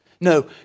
No